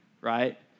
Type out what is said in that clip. right